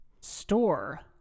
store